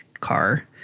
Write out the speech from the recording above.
car